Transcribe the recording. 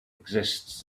exists